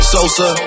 Sosa